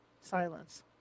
Silence